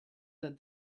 that